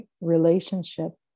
relationship